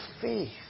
faith